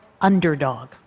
underdog